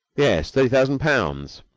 yes. thirty thousand pounds.